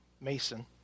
Mason